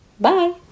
bye